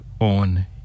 on